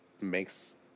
makes